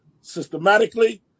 systematically